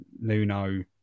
Nuno